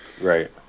Right